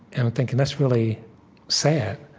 and i'm thinking, that's really sad,